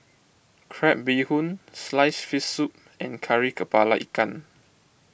Crab Bee Hoon Sliced Fish Soup and Kari Kepala Ikan